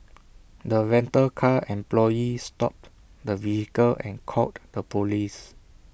the rental car employee stopped the vehicle and called the Police